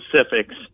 specifics